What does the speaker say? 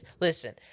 listen